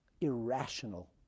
irrational